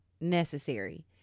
necessary